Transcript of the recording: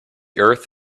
earth